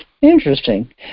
Interesting